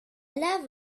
lave